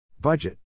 Budget